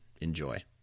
Enjoy